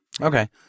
Okay